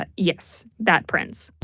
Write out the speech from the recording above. but yes, that prince.